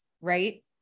right